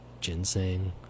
ginseng